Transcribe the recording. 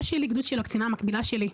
שלי אלא גדוד שהוא של הקצינה המקבילה שלי.